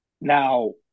now